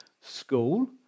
school